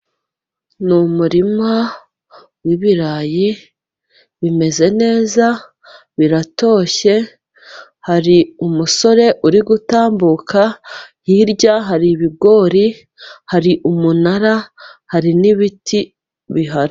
Ni umurima w'ibirayi bimeze neza, biratoshye, hari umusore uri gutambuka, hirya hari ibigori, hari umunara, hari n'ibiti bihari.